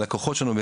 הלקוחות שלנו,